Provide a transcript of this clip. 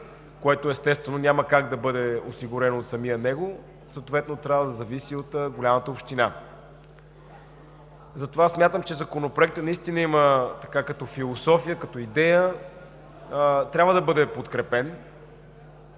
което, естествено, няма как да бъде осигурено от самия него и съответно трябва да зависи от голямата община. Затова смятам, че Законопроектът наистина като философия и като идея трябва да бъде подкрепен.